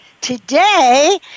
Today